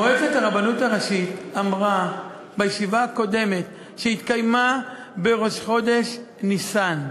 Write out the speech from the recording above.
מועצת הרבנות הראשית אמרה בישיבה הקודמת שהתקיימה בראש חודש ניסן: